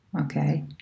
Okay